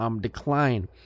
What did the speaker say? decline